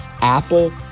Apple